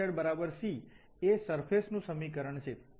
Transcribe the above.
તો fxyzc એ surface નું સમીકરણ છે